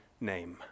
name